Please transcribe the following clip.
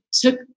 took